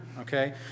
okay